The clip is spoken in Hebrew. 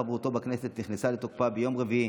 שהפסקת חברותו בכנסת נכנסה לתוקפה ביום רביעי,